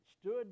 stood